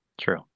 true